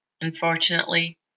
Unfortunately